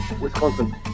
Wisconsin